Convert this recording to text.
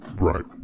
Right